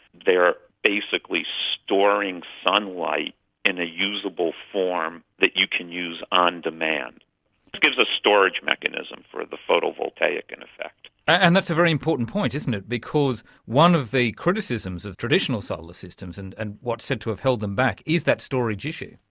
they are basically storing sunlight in a usable form that you can use on demand. it gives a storage mechanism for the photovoltaic, in effect. and that's a very important point, isn't it, because one of the criticisms of traditional solar systems and and what is said to have held them back, is that storage issue.